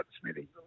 Smithy